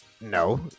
No